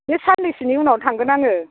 बे सान्नैसोनि उनाव थांगोन आङो